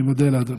אני מודה לאדוני.